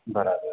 बराबरि